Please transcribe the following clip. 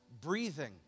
breathing